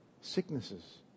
sicknesses